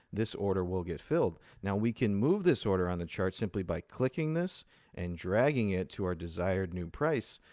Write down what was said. this order will get filled. now, we can move this order on the chart simply by clicking this and dragging it to our desired new price.